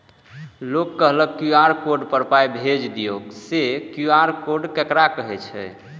लोग कहलक QR code पर पाय भेज दियौ से क्यू.आर कोड ककरा कहै छै?